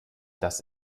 das